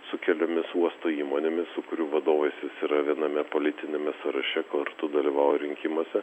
su keliomis uosto įmonėmis su kurių vadovais jis yra viename politiniame sąraše kartu dalyvauja rinkimuose